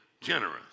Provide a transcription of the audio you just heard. generous